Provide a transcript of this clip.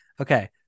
Okay